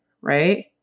right